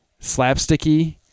slapsticky